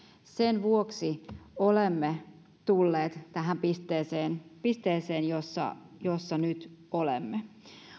sen vuoksi olemme tulleet tähän pisteeseen pisteeseen jossa jossa nyt olemme